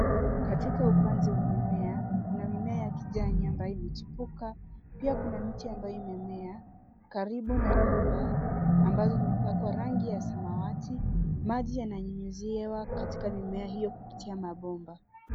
Katika upanzi wa mimea kuna mimea ya kijani ambayo imechipuka pia kuna miti ambayo imemea karibu na nyumba ambazo zimepakwa rangi ya samawati. Maji yananyunyiziwa katika mimea hiyo kupitia mabomba.